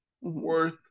worth